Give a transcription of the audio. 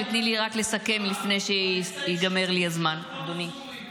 ותני לי רק לסכם לפני שייגמר לי הזמן --- ההישג של החרמון הסורי.